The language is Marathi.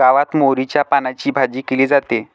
गावात मोहरीच्या पानांची भाजी केली जाते